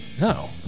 No